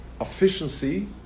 efficiency